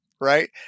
right